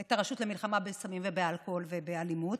את הרשות למלחמה בסמים, באלכוהול ובאלימות,